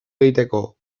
egiteko